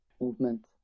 movement